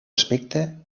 aspecte